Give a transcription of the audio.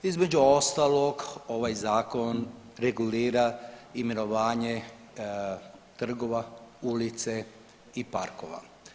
Između ostalog, ovaj Zakon regulira imenovanje trgova, ulice i parkova.